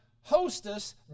hostess